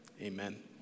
Amen